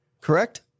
correct